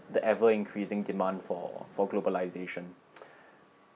the ever increasing demand for for globalisation